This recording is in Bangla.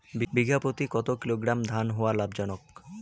বিঘা প্রতি কতো কিলোগ্রাম ধান হওয়া লাভজনক?